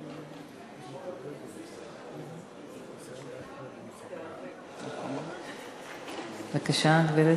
בבקשה, גברתי.